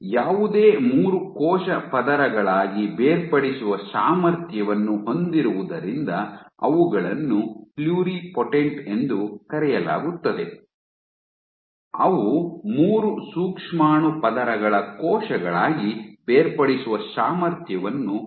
ಯಾವುದೇ ಮೂರು ಕೋಶ ಪದರಗಳಾಗಿ ಬೇರ್ಪಡಿಸುವ ಸಾಮರ್ಥ್ಯವನ್ನು ಹೊಂದಿರುವುದರಿಂದ ಅವುಗಳನ್ನು ಪ್ಲುರಿಪೊಟೆಂಟ್ ಎಂದು ಕರೆಯಲಾಗುತ್ತದೆ ಅವು ಮೂರು ಸೂಕ್ಷ್ಮಾಣು ಪದರಗಳ ಕೋಶಗಳಾಗಿ ಬೇರ್ಪಡಿಸುವ ಸಾಮರ್ಥ್ಯವನ್ನು ಹೊಂದಿವೆ